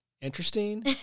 interesting